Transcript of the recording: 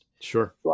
Sure